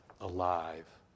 alive